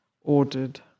ordered